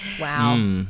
Wow